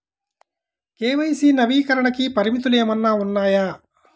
KYC నవీకరణకి పరిమితులు ఏమన్నా ఉన్నాయా?